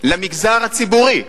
למגזר הציבורי.